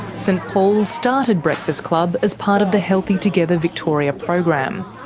st paul's started breakfast club as part of the healthy together victoria program.